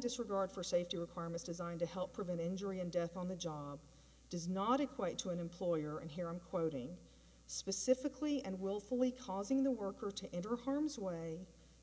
disregard for safety requirements designed to help prevent injury and death on the job does not equate to an employer and here i'm quoting specifically and willfully causing the worker to enter harms way